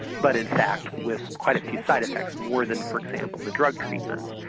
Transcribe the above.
but in fact with quite a few side effects, more than for example the drug treatment,